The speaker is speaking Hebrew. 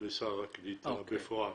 לשר הקליטה בפועל.